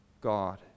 God